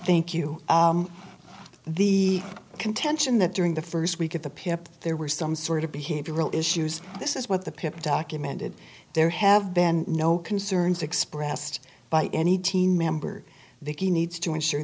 thank you the contention that during the first week of the pip there were some sort of behavioral issues this is what the pip documented there have been no concerns expressed by any team member that he needs to ensure